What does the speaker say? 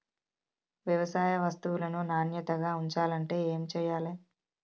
వ్యవసాయ వస్తువులను నాణ్యతగా ఉంచాలంటే ఏమి చెయ్యాలే?